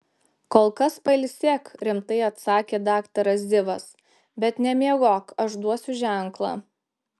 kol kas pailsėk rimtai atsakė daktaras zivas bet nemiegok aš duosiu ženklą